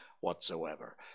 whatsoever